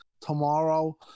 tomorrow